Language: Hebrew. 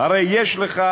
הרי יש לך